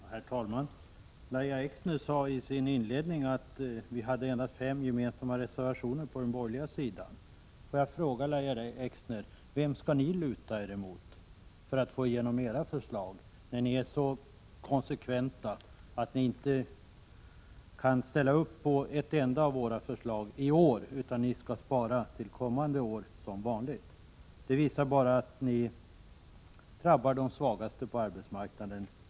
Herr talman! Lahja Exner sade i sitt inledningsanförande att vi hade endast fem gemensamma reservationer på den borgerliga sidan. Jag vill fråga Lahja Exner: Vem skall ni luta er emot för att få igenom era förslag, när ni är så konsekventa att ni inte kan ställa upp på ett enda av våra förslag utan skall spara till kommande år som vanligt? Detta drabbar de svagaste på arbetsmarknaden.